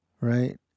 right